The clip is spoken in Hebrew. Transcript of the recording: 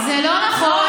זה לא נכון.